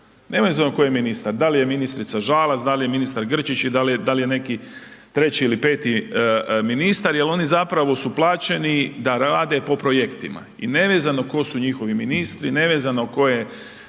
nevezano tko je ministar, da li je ministrica Žalac, da li je ministar Grčić i da li je neki treći ili 5 ministar jer oni zapravo su plaćeni da rade po projektima i nevezano tko su njihovi ministri, nevezano tko je